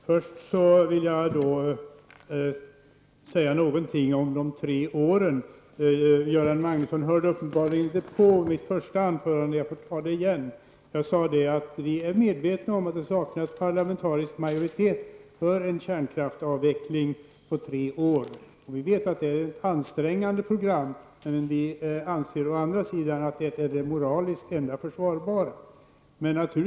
Fru talman! Jag vill först säga något om de tre åren. Göran Magnusson lyssnade uppenbarligen inte på mitt första anförande. Jag sade att vi är medvetna om att det saknas en parlamentarisk majoritet för en kärnkraftsavveckling på tre år. Vi vet att det är ett ansträngande program. Men vi anser å andra sidan att det är moraliskt det enda försvarbara.